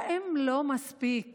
האם לא מספיק